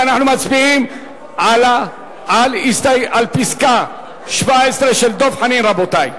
אנחנו מצביעים על הסתייגות 17 של דב חנין, רבותי.